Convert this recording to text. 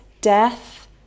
death